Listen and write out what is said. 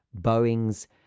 Boeing's